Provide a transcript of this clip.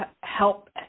help